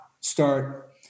start